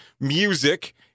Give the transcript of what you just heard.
music